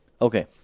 Okay